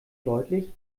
deutlich